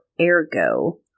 ergo